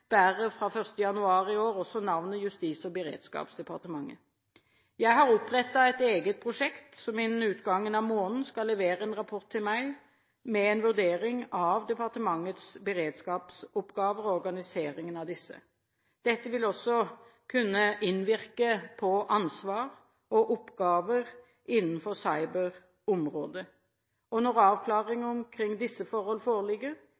fra 1. januar i år navnet Justis- og beredskapsdepartementet. Jeg har opprettet en egen prosjektgruppe som innen utgangen av måneden skal levere en rapport til meg med en vurdering av departementets beredskapsoppgaver og organiseringen av disse. Dette vil også kunne innvirke på ansvar og oppgaver innenfor cyberområdet. Når avklaringen omkring disse forhold foreligger,